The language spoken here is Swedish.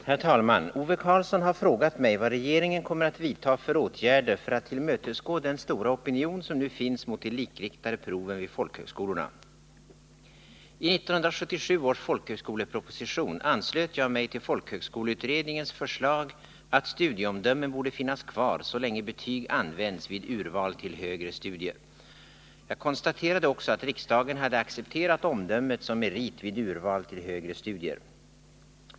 Herr talman! Ove Karlsson har frågat mig vad regeringen kommer att vidta för åtgärder för att tillmötesgå den stora opinion som nu finns mot de likriktade proven vid folkhögskolorna. I 1977 års folkhögskoleproposition anslöt jag mig till folkhögskoleutredningens förslag om att studieomdömen borde finnas kvar så länge betyg används vid urval till högre studier. Jag konstaterade också att riksdagen hade accepterat omdömet som merit vid urval till högre studier.